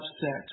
upset